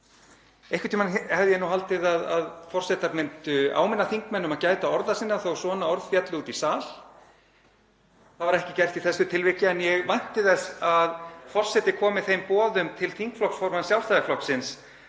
Einhvern tímann hefði ég nú haldið að forsetar myndu áminna þingmenn um að gæta orða sinna þó að svona orð féllu úti í sal. Það var ekki gert í þessu tilviki en ég vænti þess að forseti komi þeim boðum til þingflokksformanns Sjálfstæðisflokksins